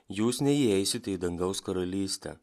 jūs neįeisite į dangaus karalystę